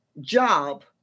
job